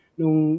nung